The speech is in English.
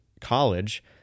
college